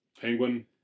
Penguin